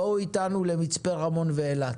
בואו איתנו למצפה רמון ואילת.